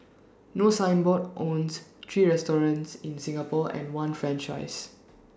no signboard owns three restaurants in Singapore and one franchisee